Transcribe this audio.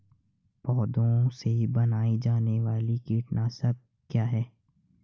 पौधों से बनाई जाने वाली कीटनाशक क्या है?